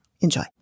enjoy